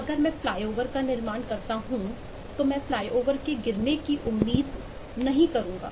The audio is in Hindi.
अगर मैं फ्लाईओवर का निर्माण करता हूंतो मैं फ्लाईओवर के गिरने की उम्मीद नहीं करूंगा